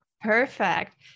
Perfect